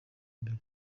imbere